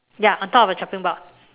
ya on top of the chopping board